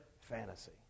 fantasy